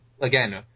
again